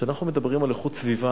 כשאנחנו מדברים על איכות סביבה,